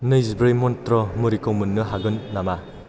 नैजिब्रै मन्त्र' मुरिखौ मोननो हागोन नामा